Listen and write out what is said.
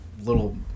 little